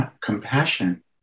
compassion